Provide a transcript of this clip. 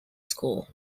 school